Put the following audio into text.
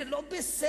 זה לא בסדר,